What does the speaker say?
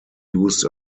used